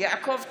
יעקב טסלר,